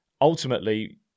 ultimately